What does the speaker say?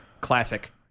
classic